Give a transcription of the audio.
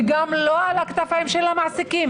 וגם לא על הכתפיים של המעסיקים,